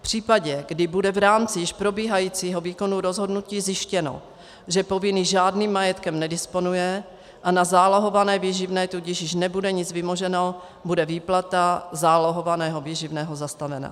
V případě, kdy bude v rámci již probíhajícího výkonu rozhodnutí zjištěno, že povinný žádným majetkem nedisponuje a na zálohované výživné tudíž již nebude nic vymoženo, bude výplata zálohovaného výživného zastavena.